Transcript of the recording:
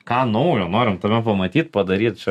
ką naujo norim tame pamatyt padaryt čia